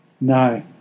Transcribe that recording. No